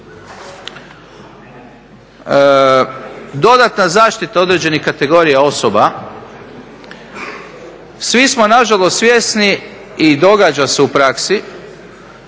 Dodatna zaštita određenih kategorija osoba, svi smo na žalost svjesni i događa se u praksi,